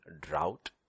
drought